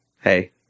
hey